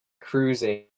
cruising